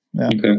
Okay